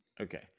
okay